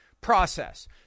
process